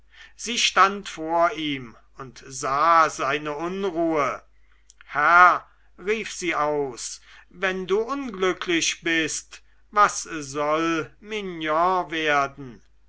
sie stand vor ihm und sah seine unruhe herr rief sie aus wenn du unglücklich bist was soll mignon werden